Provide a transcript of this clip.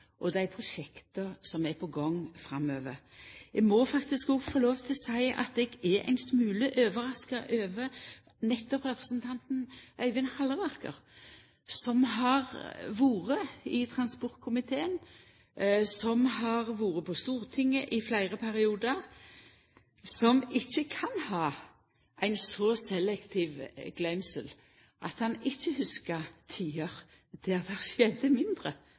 over dei prosjekta som er på gang framover. Eg må få lov til å seia at eg er ein smule overraska over nettopp representanten Øyvind Halleraker, som har vore i transportkomiteen, som har vore på Stortinget i fleire periodar, og som ikkje kan ha ei så selektiv gløymsle at han ikkje hugsar tider då det skjedde mindre